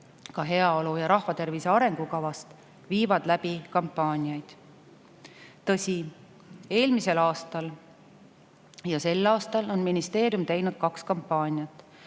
ja rahva[stiku] tervise arengukavast viivad läbi kampaaniaid. Tõsi, eelmisel aastal ja sel aastal on ministeerium teinud kaks kampaaniat,